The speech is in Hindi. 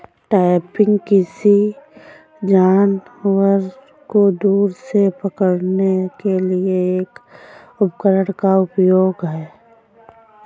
ट्रैपिंग, किसी जानवर को दूर से पकड़ने के लिए एक उपकरण का उपयोग है